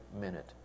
minute